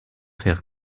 faire